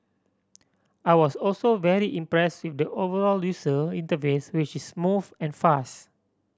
I was also very impress with the overall user interface which is smooth and fast